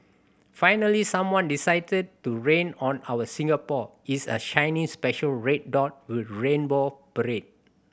finally someone decided to rain on our Singapore is a shiny special red dot with rainbow parade